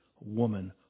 woman